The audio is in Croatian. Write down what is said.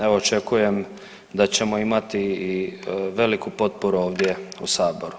Evo očekujem da ćemo imati i veliku potporu ovdje u saboru.